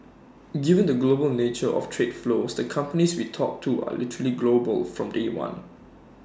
given the global nature of trade flows the companies we talk to are literally global from day one